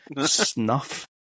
Snuff